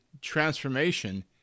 transformation